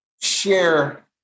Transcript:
share